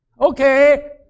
Okay